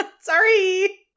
Sorry